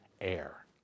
air